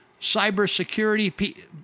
cybersecurity